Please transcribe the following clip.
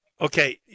Okay